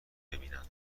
ببینند